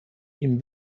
ihm